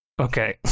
Okay